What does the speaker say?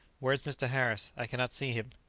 where is mr. harris? i cannot see him.